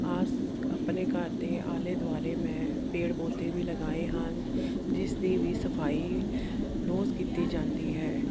ਆਸ ਆਪਣੇ ਘਰ ਦੇ ਆਲੇ ਦੁਆਲੇ ਮੈਂ ਪੇੜ ਪੌਦੇ ਵੀ ਲਗਾਏ ਹਨ ਜਿਸ ਦੀ ਵੀ ਸਫਾਈ ਰੋਜ਼ ਕੀਤੀ ਜਾਂਦੀ ਹੈ